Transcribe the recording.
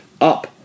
up